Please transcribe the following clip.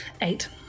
Eight